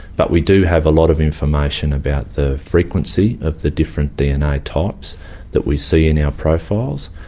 but we do have a lot of information about the frequency of the different dna types that we see in our profiles,